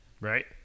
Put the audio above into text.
Right